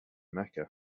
mecca